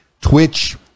Twitch